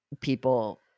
people